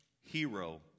hero